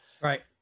right